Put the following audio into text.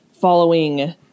following